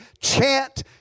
chant